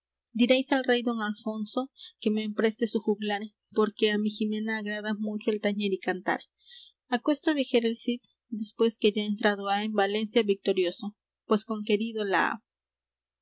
diréis al rey don alfonso que me empreste su juglar porque á mi jimena agrada mucho el tañer y cantar aquesto dijera el cid después que ya entrado ha en valencia victorioso pues conquerido la ha